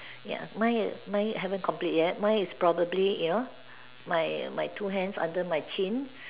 ya mine mine haven't complete yet mine is probably you know my my two hands under my chin